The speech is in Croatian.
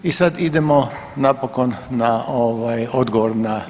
I sad idemo napokon na odgovor na